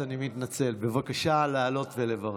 בבקשה לעלות ולברך.